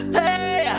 hey